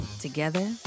Together